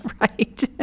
Right